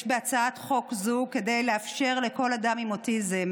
יש בהצעת חוק זו כדי לאפשר לכל אדם עם אוטיזם